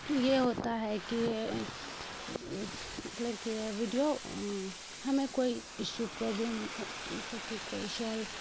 یہ ہوتا ہے کہ مطلب کہ ویڈیو ہمیں کوئی ایشو پرابلم مطلب کہ کوئی شول